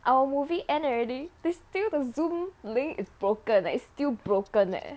our movie end already they still the Zoom link is broken eh it's still broken eh